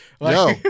No